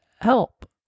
help